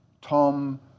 Tom